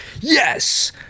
Yes